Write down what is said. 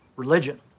religion